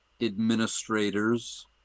administrators